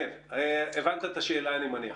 אגיד